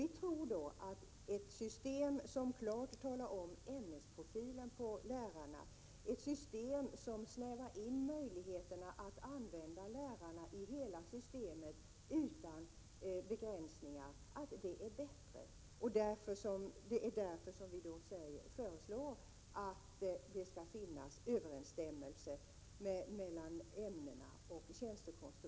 Vi tror att ett system där lärarnas ämnesprofil klart framgår och där man snävar in möjligheterna att utan begränsning använda lärarna i hela systemet är bättre. Därför föreslår vi att det skall finnas överensstämmelse mellan ämnena och tjänstekonstruktionen.